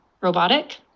robotic